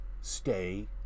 stay